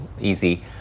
easy